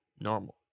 normal